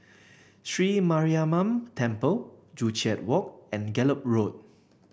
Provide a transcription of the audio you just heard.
Sri Mariamman Temple Joo Chiat Walk and Gallop Road